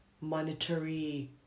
monetary